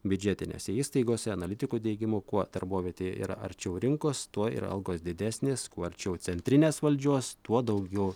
biudžetinėse įstaigose analitikų teigimu kuo darbovietė yra arčiau rinkos tuo yra algos didesnės kuo arčiau centrinės valdžios tuo daugiau